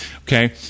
Okay